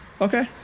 Okay